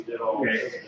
okay